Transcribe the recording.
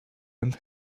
and